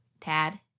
Tad